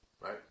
right